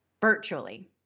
virtually